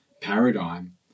paradigm